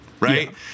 right